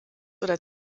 oder